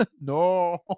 No